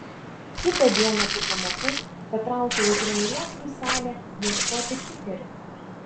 kitą dieną po pamokų patraukiau į treniruoklių salę ieškoti piterio